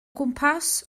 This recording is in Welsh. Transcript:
gwmpas